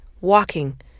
walking